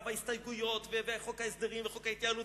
וההסתייגויות וחוק ההסדרים וחוק ההתייעלות,